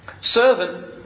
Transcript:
servant